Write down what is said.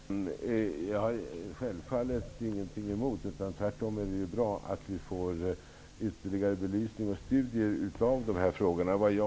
Herr talman! Jag har självfallet ingenting emot att det blir en ytterligare belysning och ytterligare studier av dessa frågor. Det är tvärtom bra.